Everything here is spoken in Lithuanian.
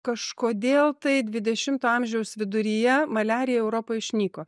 kažkodėl tai dvidešimto amžiaus viduryje maliarija europoj išnyko